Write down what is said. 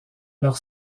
leur